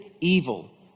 evil